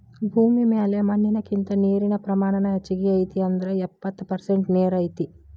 ಭೂಮಿ ಮ್ಯಾಲ ಮಣ್ಣಿನಕಿಂತ ನೇರಿನ ಪ್ರಮಾಣಾನ ಹೆಚಗಿ ಐತಿ ಅಂದ್ರ ಎಪ್ಪತ್ತ ಪರಸೆಂಟ ನೇರ ಐತಿ